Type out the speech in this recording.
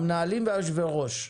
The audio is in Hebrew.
המנהלים ויושבי-הראש,